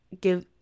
give